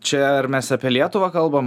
čia ar mes apie lietuvą kalbam